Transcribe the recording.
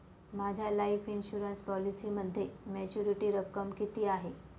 माझ्या life insurance पॉलिसीमध्ये maturity रक्कम किती आहे?